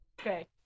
Okay